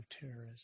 terrorism